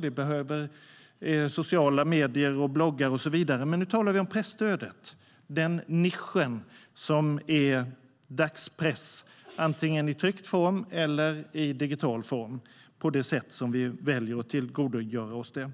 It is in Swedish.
Vi behöver sociala medier, bloggar och så vidare, men nu talar vi om presstödet, nischen i form av dagspress i antingen tryckt form eller digital form - på det sätt vi väljer att tillgodogöra oss den.